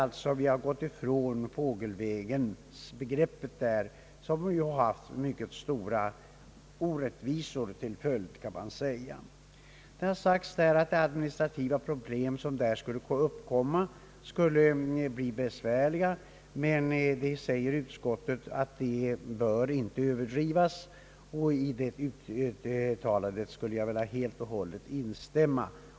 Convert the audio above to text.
Utskottet har övergivit fågelvägsbegreppet, som bar haft stora orättvisor till följd. Det har sagts att de administrativa problem, som därigenom kunde uppkomma, skulle bli besvärliga, men utskottet anser att dessa inte bör överdrivas. I det uttalandet vill jag helt instämma.